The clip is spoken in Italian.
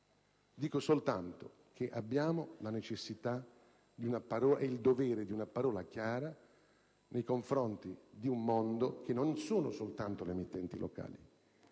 dico soltanto che abbiamo la necessità e il dovere di una parola chiara nei confronti di un mondo che non è soltanto quello delle emittenti locali,